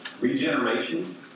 regeneration